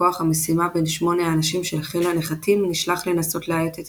כוח המשימה בן 8 האנשים של חיל הנחתים נשלח לנסות להאט את